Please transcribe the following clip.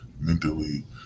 Mentally